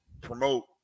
promote